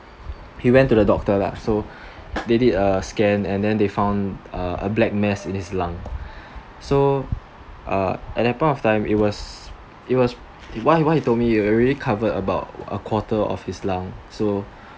he went to the doctor lah so they did a scan and then they found uh a black mass in his lungs so uh at that point of time it was it was why why he told me it already covered about quarter of his lungs so